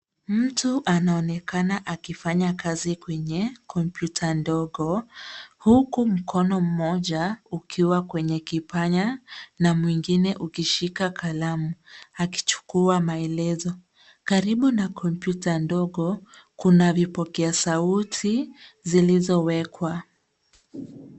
Mtu anaonekana akifanya kazi kwenye kompyuta ndogo huku mkono mmoja ukiwa kwenye kipanya na mwingine ukishika kalamu akichukua maelezo. Karibu na kompyuta ndogo, kuna vipokea sauti zilizowekwa.